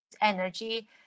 energy